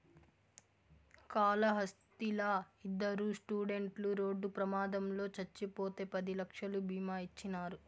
కాళహస్తిలా ఇద్దరు స్టూడెంట్లు రోడ్డు ప్రమాదంలో చచ్చిపోతే పది లక్షలు బీమా ఇచ్చినారు